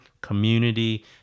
community